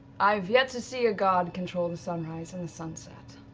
i have yet to see a god control the sunrise and the sunset,